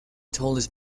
tallest